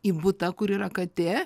į butą kur yra katė